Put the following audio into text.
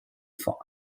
vor